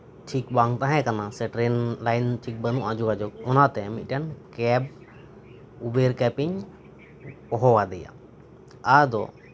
ᱴᱷᱤᱠ ᱵᱟᱝ ᱛᱟᱦᱮᱸ ᱠᱟᱱᱟ ᱥᱮ ᱴᱨᱮᱱ ᱞᱟᱭᱤᱱ ᱴᱷᱤᱠ ᱵᱟᱱᱩᱜᱼᱟ ᱡᱳᱜᱟᱡᱳᱜᱽ ᱚᱱᱟᱛᱮ ᱢᱤᱫᱴᱮᱱ ᱠᱮᱵ ᱩᱵᱮᱨ ᱠᱮᱵᱤᱧ ᱦᱚᱦᱚᱣᱟᱫᱮᱭᱟ ᱟᱫᱚ